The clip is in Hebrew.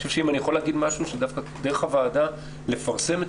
אני חושב שאם אני יכול לומר משהו זה דווקא דרך הוועדה לפרסם את